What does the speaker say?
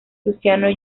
luciano